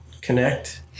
connect